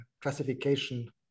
classification